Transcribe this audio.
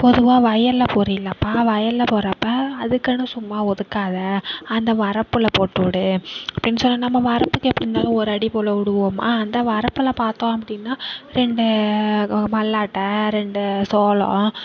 பொதுவாக வயலில் போட்றீல்லப்பா வயலில் போட்றப்போ அதுக்குன்னு சும்மா ஒதுக்காத அந்த வரப்பில் போட்டு விடு அப்படினு சொன்ன நம்ம வரப்புக்கு எப்படி இருந்தாலும் ஒரு அடி போல் விடுவோமா அந்த வரப்பில் பார்த்தோம் அப்படினா ரெண்டு மல்லாட்டை ரெண்டு சோளம்